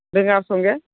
ᱵᱮᱸᱜᱟᱲ ᱥᱚᱸᱜᱮ